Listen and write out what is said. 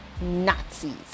Nazis